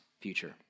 future